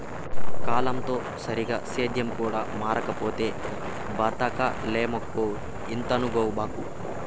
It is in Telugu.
కాలంతో సరిగా సేద్యం కూడా మారకపోతే బతకలేమక్కో ఇంతనుకోబాకు